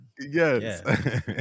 Yes